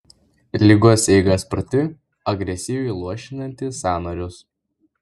ligos eiga sparti agresyviai luošinanti sąnarius